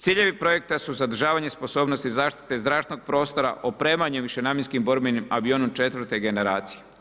Ciljevi projekta su zadržavanje sposobnosti zaštite zračnog prostora opremanjem višenamjenskim borbenim avionom četvrte generacije.